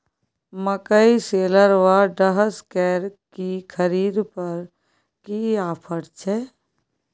मकई शेलर व डहसकेर की खरीद पर की ऑफर छै?